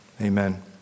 Amen